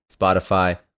Spotify